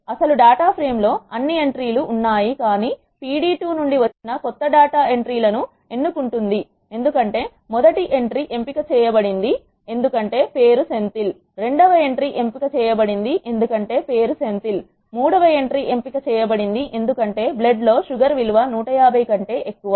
అసలు data frame లో అన్ని ఎంట్రీ లు ఉన్నాయి కానీ pd2 నుండి వచ్చిన కొత్త డాటా ఎంట్రీ లను ఎన్నుకుంటుంది ఎందుకంటే మొదటి ఎంట్రీ ఎంపిక చేయబడింది ఎందుకంటే పేరు సెంథిల్ రెండవ ఎంట్రీ ఎంపిక చేయబడింది ఎందుకంటే పేరు సెంథిల్ మూడవ ఎంట్రీ ఎంపిక చేయబడింది ఎందుకంటే బ్లడ్ లో షుగర్ విలువ 150 కంటే ఎక్కువ